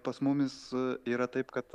pas mumis yra taip kad